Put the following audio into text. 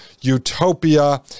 utopia